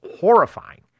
horrifying